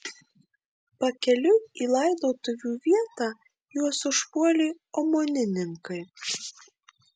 pakeliui į laidotuvių vietą juos užpuolė omonininkai